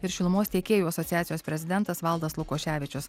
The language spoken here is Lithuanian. ir šilumos tiekėjų asociacijos prezidentas valdas lukoševičius